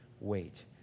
wait